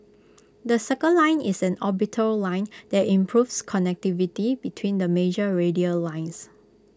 the circle line is an orbital line that improves connectivity between the major radial lines